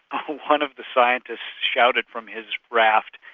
one of the scientists shouted from his raft,